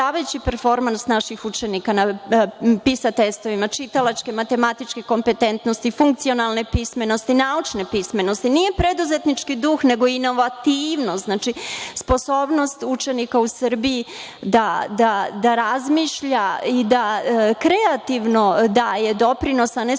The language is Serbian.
performans naših učenika na PISA testovima – čitalačke, matematičke kompetentnosti, funkcionalne pismenosti, naučne pismenosti. Nije preduzetnički duh nego inovativnost, znači sposobnost učenika u Srbiji da razmišlja i da kreativno daje doprinos, a ne samo